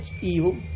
evil